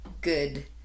good